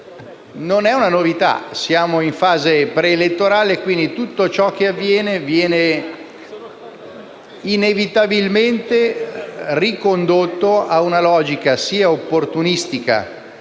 Non è una novità: siamo in fase preelettorale, quindi tutto ciò che accade viene inevitabilmente ricondotto a una logica opportunistica